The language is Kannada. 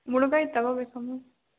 ಮುಳ್ಳುಗಾಯಿ ತಗೋಬೇಕಾ ಮ್ಯಾಮ್